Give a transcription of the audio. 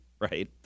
right